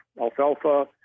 alfalfa